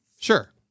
Sure